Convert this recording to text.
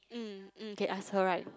mm can ask her right